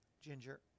Ginger